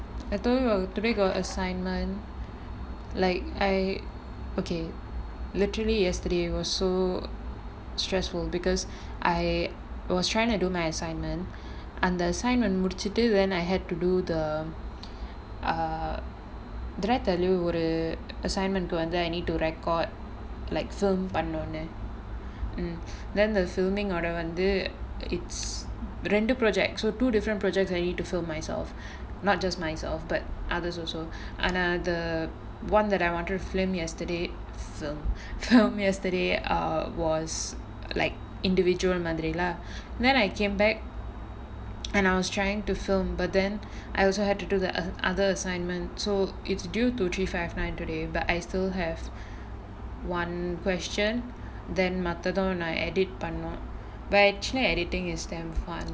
I told you [what] today got assignment like I okay literally yesterday was so stressful because I was trying to do my assignment அந்த:antha assignment முடிச்சிட்டு:mudichittu then I had to do the err did I tell you ஒரு:oru the assignment வந்து:vanthu I need to record like film பண்ணனும்:pannanum mm then the filming ஓட வந்து:oda vanthu it's ரெண்டு:rendu projects so two different projects I need to film myself not just myself but others also ஆனா அது:aanaa athu one I wanted to film yesterday fil~ film yesterday err was like individual மாதிரி:maathiri lah then I came back and I was trying to film but then I also had to do the other assignment so it's due two three five nine today but I still have one question then மத்ததும் நான்:mathathum naan edit பண்ணும்:pannum but actually editing is damn fun